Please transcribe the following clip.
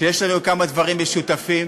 שיש לנו כמה דברים משותפים.